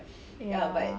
ya